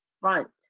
front